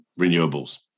renewables